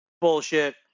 bullshit